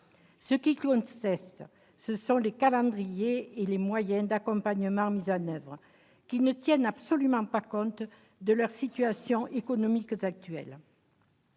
Ce qu'ils contestent, ce sont les calendriers et les moyens d'accompagnement mis en oeuvre, qui ne tiennent absolument pas compte de leur situation économique actuelle.